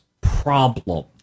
problem